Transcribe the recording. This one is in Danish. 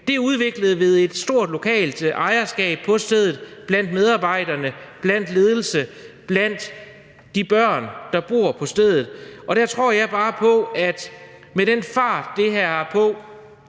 Det er udviklet ved et stort lokalt ejerskab på stedet blandt medarbejderne, blandt ledelsen, blandt de børn, der bor på stedet. Der tror jeg bare på, at med den fart, det her har på,